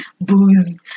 booze